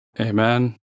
Amen